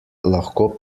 lahko